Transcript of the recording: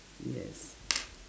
yes